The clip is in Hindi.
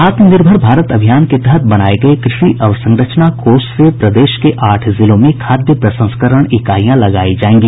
आत्मनिर्भर भारत अभियान के तहत बनाये गये कृषि अवसंरचना कोष से प्रदेश के आठ जिलों में खाद्य प्रसंस्करण इकाइयां लगायी जायेगी